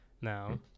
Now